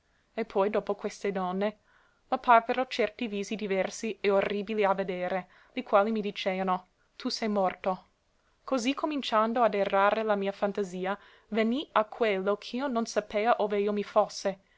e poi dopo queste donne m'apparvero certi visi diversi e orribili a vedere li quali mi diceano tu se morto così cominciando ad errare la mia fantasia venni a quello ch'io non sapea ove io mi fosse